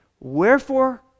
Wherefore